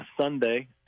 sunday